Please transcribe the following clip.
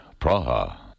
Praha